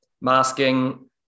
masking